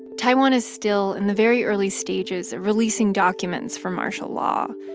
taiwan is still in the very early stages of releasing documents from martial law,